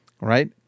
Right